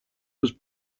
was